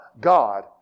God